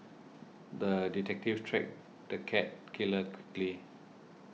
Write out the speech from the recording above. the detective tracked the cat killer quickly